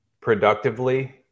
productively